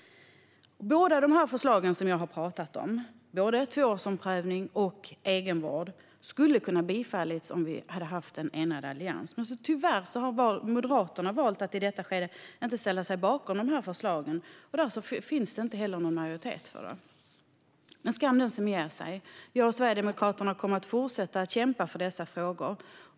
Båda de förslag som jag har pratat om - det gäller tvåårsomprövning och egenvård - skulle ha kunnat bifallas om vi hade haft en enad allians, men tyvärr har Moderaterna i detta skede valt att inte ställa sig bakom dessa förslag. Därför finns det inte heller någon majoritet för detta. Men skam den som ger sig. Jag och Sverigedemokraterna kommer att fortsätta att kämpa för dessa frågor.